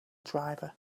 driver